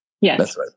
Yes